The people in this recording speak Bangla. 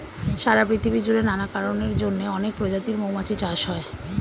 সারা পৃথিবী জুড়ে নানা কারণের জন্যে অনেক প্রজাতির মৌমাছি চাষ হয়